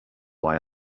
why